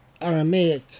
Aramaic